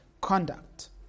conduct